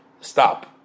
Stop